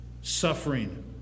suffering